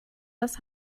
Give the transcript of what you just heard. das